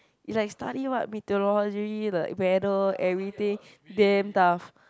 it's like study what meteorology the gravel everything damn tough